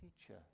teacher